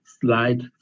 slide